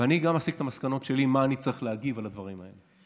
ואני גם אסיק את המסקנות שלי איך אני צריך להגיב על הדברים האלה.